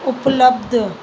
उपलब्ध